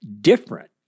different